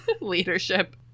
leadership